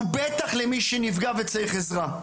בטח למי שנפגע וצריך עזרה.